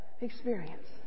experience